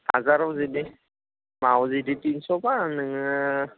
हाजाराव जुदि माहाव जुदि तिनस'ब्ला नोङो